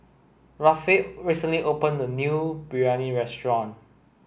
Rafe recently opened a new Biryani restaurant